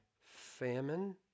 Famine